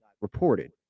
reported